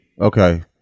Okay